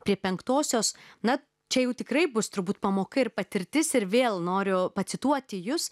prie penktosios na čia jau tikrai bus turbūt pamoka ir patirtis ir vėl noriu pacituoti jus